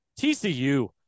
TCU